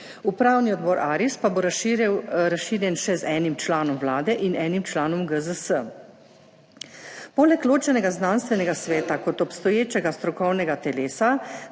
Upravni odbor ARIS pa bo razširjen še z enim članom Vlade in enim članom GZS. Poleg ločenega znanstvenega sveta kot obstoječega strokovnega telesa